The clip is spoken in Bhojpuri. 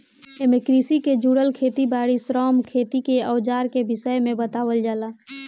एमे कृषि के जुड़ल खेत बारी, श्रम, खेती के अवजार के विषय में बतावल जाला